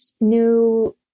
new